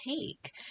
take